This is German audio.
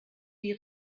die